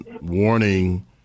warning